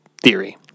theory